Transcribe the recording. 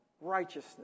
righteousness